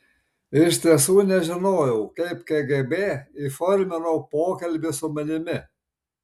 iš tiesų nežinojau kaip kgb įformino pokalbį su manimi